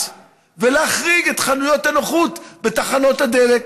ולהחריג את חנויות הנוחות בתחנות הדלק.